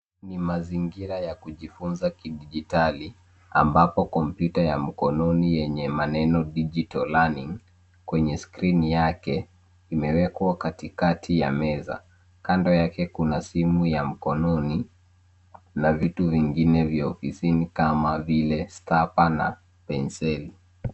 Ni mazingira ya kujifunza kijiditali ambapo kompyuta ya mkononi yenye maneno Digital learning kwenye skrini yake imewekwa katikati ya meza. Kando yake kuna simu ya mkononi na vitu vingine vya ofisini kama vile stuffer na penseli.